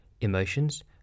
emotions